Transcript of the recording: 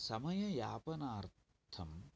समययापनार्थं